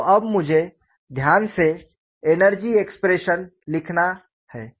तो अब मुझे ध्यान से एनर्जी एक्सप्रेशन लिखना है